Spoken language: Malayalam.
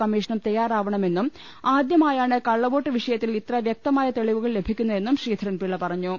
കമ്മീഷനും തയ്യാറാകണമെന്നും ആദ്യ മായാണ് കള്ളവോട്ട് വിഷയത്തിൽ ഇത്ര വൃക്തമായ തെളി വുകൾ ലഭിക്കുന്നതെന്നും ശ്രീധരൻപിള്ള പറഞ്ഞു